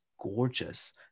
gorgeous